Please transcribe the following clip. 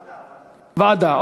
ועדה, ועדה.